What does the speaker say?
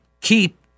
keep